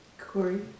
Corey